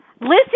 Listen